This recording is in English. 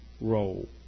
role